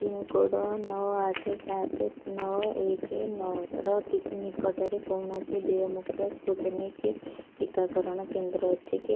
pincode ନଅ ଆଠ ସାତ ନଅ ଏକ ନଅର ନିକଟରେ କୌଣସି ଦେୟମୁକ୍ତ ସ୍ପୁଟନିକ୍ ଟିକାକରଣ କେନ୍ଦ୍ର ଅଛି କି